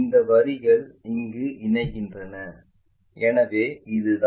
இந்த வரிகள் இங்கு இணைகின்றன எனவே இது தான்